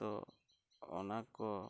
ᱛᱳ ᱚᱱᱟ ᱠᱚ